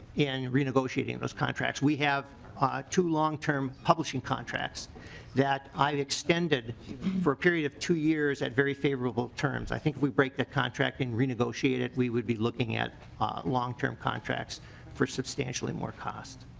in renegotiating those contracts. we have ah two long-term publishing contracts that i extended for a period of two years at very favorable terms i think we break that contract and renegotiate it we we be looking at long-term contracts for substantially more cost.